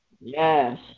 Yes